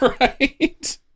Right